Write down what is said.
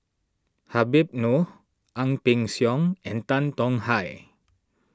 Habib Noh Ang Peng Siong and Tan Tong Hye